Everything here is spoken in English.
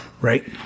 right